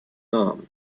namen